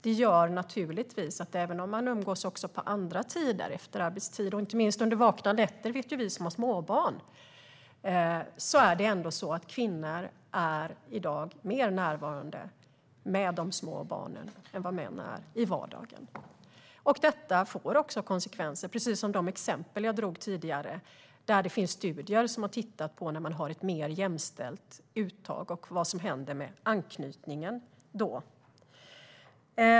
Det gör naturligtvis att även om man umgås också på andra tider, efter arbetstid och inte minst under vakna nätter - det vet ju vi som har småbarn - är kvinnor i dag mer närvarande i vardagen med de små barnen än vad männen är. Detta får konsekvenser, som jag visade med de exempel jag tog tidigare. Det finns studier som har tittat på ett mer jämställt uttag och vad som då händer med anknytningen.